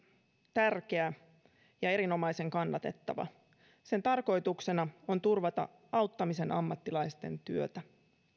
tärkeä ja erinomaisen kannatettava sen tarkoituksena on turvata auttamisen ammattilaisten työtä